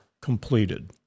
completed